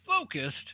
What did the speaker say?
focused